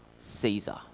Caesar